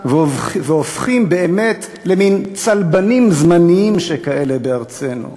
והופכים באמת למין צלבנים זמניים שכאלה בארצנו.